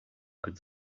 could